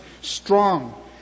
Strong